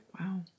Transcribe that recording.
Wow